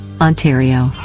Ontario